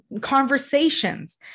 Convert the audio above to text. conversations